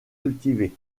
cultivées